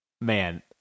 man